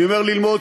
אני אומר ללמוד,